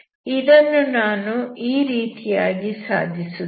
ಇದನ್ನು ನಾನು ಈ ರೀತಿಯಾಗಿ ಸಾಧಿಸುತ್ತೇನೆ